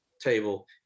table